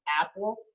Apple